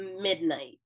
midnight